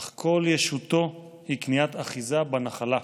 אך כל ישותו היא קניית אחיזה בנחלה,